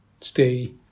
stay